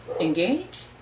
engage